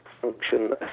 function